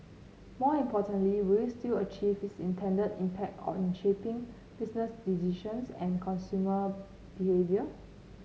more importantly will it still achieve its intended impact on shaping business decisions and consumer behaviour